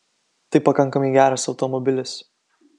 tai pakankamai geras automobilis